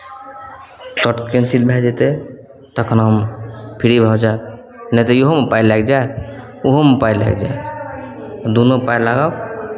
shirt cancel भए जेतै तखन हम फ्री भऽ जायब नहि तऽ इहोमे पाइ लागि जायत ओहोमे पाइ लागि जायत दुनूमे पाइ लागत